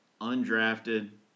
undrafted